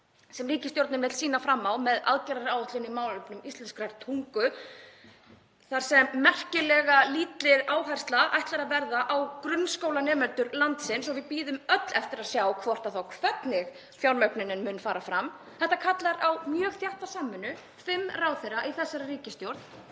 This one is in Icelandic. sem ríkisstjórnin vill sýna fram á með aðgerðaáætlun í málefnum íslenskrar tungu, þar sem merkilega lítil áhersla ætlar að verða á grunnskólanemendur landsins. Við bíðum öll eftir að sjá hvort og þá hvernig fjármögnun mun fara fram. Þetta kallar á mjög þétta samvinnu fimm ráðherra í þessari ríkisstjórn,